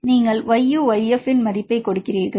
நீங்கள் yu yF இன் மதிப்புகளை கொடுக்கிறீர்கள்